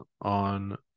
on